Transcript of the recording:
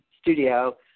studio